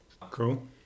cool